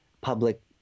public